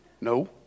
No